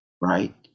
right